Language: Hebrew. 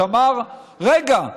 שאמר: רגע,